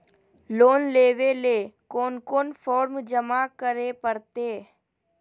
Loan लेवे ले कोन कोन फॉर्म जमा करे परते?